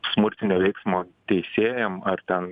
smurtinio veiksmo teisėjam ar ten